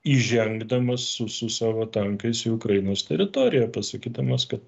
įžengdamas su su savo tankais į ukrainos teritoriją pasakydamas kad